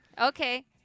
Okay